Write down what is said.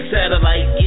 Satellite